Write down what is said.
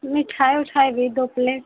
मिठाई ओठाई भी दो प्लेट